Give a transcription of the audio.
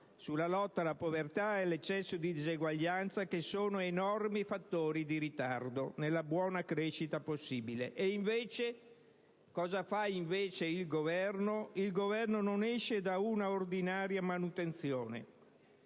sulla lotta alla povertà e all'eccesso di disuguaglianza, che sono enormi fattori di ritardo nella buona crescita possibile. Cosa fa invece il Governo? Non esce da una ordinaria manutenzione.